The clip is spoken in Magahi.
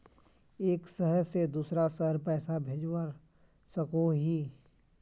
एक शहर से दूसरा शहर पैसा भेजवा सकोहो ही?